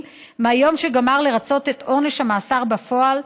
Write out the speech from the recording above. מהיום שגמר לרצות את עונש המאסר בפועל,